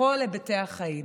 בכל היבטי החיים.